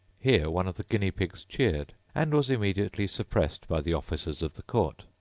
here one of the guinea-pigs cheered, and was immediately suppressed by the officers of the court.